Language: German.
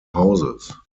hauses